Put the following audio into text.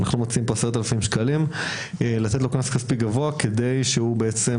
אנחנו מציעים פה 10,000 שקלים כדי שיורתע.